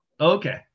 Okay